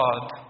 God